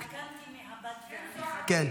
התעדכנתי מהבית שלי והנכדים.